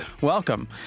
welcome